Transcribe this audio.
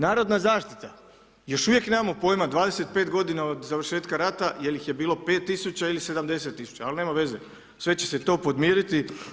Narodna zaštita još uvijek nemamo pojma, 25 godina od završetka rata jel' ih je bilo 5 000 ili 70 000, ali nema veze, sve će se to podmiriti.